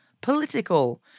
political